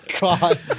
God